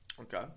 Okay